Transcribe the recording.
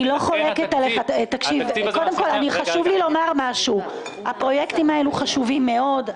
אני לא חולקת עליך וגם חשוב לי לומר שהפרויקטים האלה חשובים מאוד,